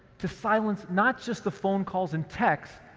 to silence not just the phone calls and texts,